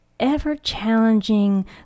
ever-challenging